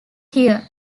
here